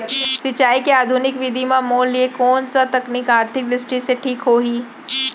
सिंचाई के आधुनिक विधि म मोर लिए कोन स तकनीक आर्थिक दृष्टि से ठीक होही?